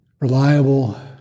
reliable